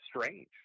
strange